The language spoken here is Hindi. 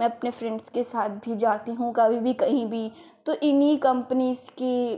मैं अपने फ्रेंड्स लोग के साथ भी जाती हूँ कही भी कभी भी तो इन्ही कंपनीज की